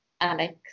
Alex